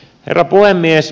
herra puhemies